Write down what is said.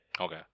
Okay